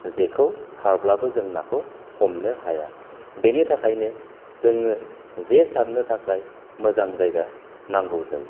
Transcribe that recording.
जेखौ सारब्लाबो जों नाखौ हमनो हाया बेनि थाखायनो जोङो जे सारनो थाखाय मोजां जायगा नांगौ जायो